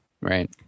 Right